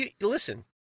Listen